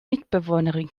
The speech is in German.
mitbewohnerin